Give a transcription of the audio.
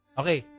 okay